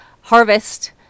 harvest